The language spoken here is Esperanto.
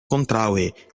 kontraŭe